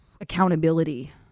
accountability